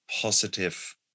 positive